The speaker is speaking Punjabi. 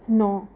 ਨੌਂ